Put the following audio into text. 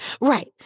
Right